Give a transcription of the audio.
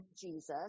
Jesus